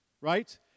right